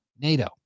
NATO